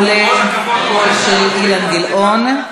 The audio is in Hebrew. כולל קולו של אילן גילאון.